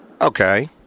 Okay